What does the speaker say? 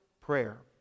prayer